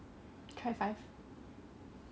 try five